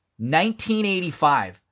1985